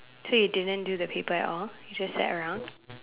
so you didn't do the paper at all you just sat around